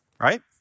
Right